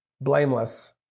Blameless